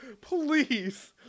Please